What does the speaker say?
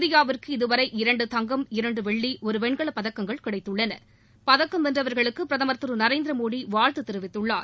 இந்தியாவுக்கு இதுவரை இரண்டு தங்கம் இரண்டு வெள்ளி ஒரு வெண்கலப் பதக்கங்கள் கிடைத்துள்ளனபதக்கம் வென்றவர்களுக்கு பிரதமர் திரு நரேந்திரமோடி வாழ்த்து தெரிவித்துள்ளார்